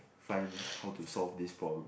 find how to solve this problem